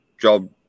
job